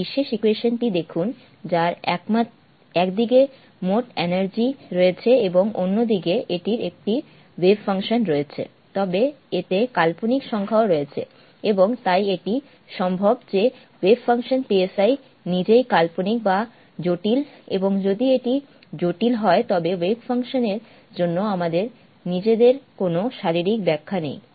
এই বিশেষ ইকুয়েশন টি দেখুন যার একদিকে মোট এনার্জি রয়েছে এবং অন্য দিকে এটির একটি ওয়েভ ফাংশন রয়েছে তবে এতে কাল্পনিক সংখ্যাও রয়েছে এবং তাই এটি সম্ভব যে ওয়েভ ফাংশন নিজেই কাল্পনিক বা জটিল এবং যদি এটি জটিল হয় তবে ওয়েভ ফাংশন এর জন্য আমাদের নিজের কোনও শারীরিক ব্যাখ্যা নেই